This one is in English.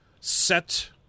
set